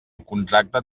contracte